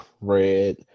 Red